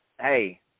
hey